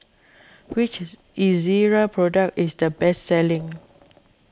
which Ezerra product is the best selling